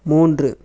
மூன்று